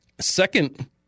Second